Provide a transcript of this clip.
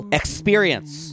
experience